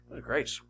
great